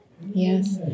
Yes